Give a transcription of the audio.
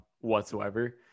whatsoever